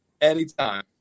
Anytime